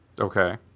Okay